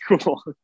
cool